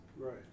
Right